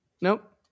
Nope